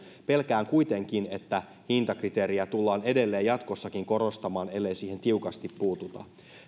niin pelkään kuitenkin että hintakriteeriä tullaan edelleen jatkossakin korostamaan ellei siihen tiukasti puututa